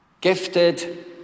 gifted